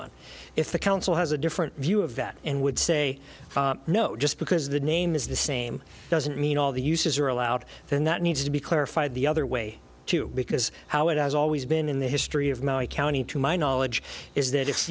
on if the council has a different view of that and would say no just because the name is the same doesn't mean all the uses are allowed then that needs to be clarified the other way too because how it has always been in the history of my county to my knowledge is that if